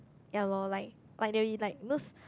ya lor like but they will be like those